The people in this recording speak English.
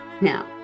Now